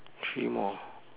three more